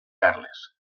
carles